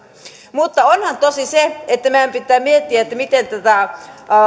mutta onhan tosi se että meidän pitää miettiä miten näitä